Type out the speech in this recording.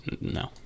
No